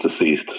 deceased